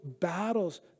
battles